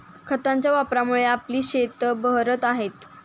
खतांच्या वापरामुळे आपली शेतं बहरत आहेत